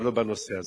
אבל לא בנושא הזה.